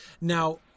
Now